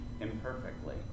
imperfectly